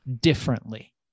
differently